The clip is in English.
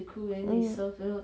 mm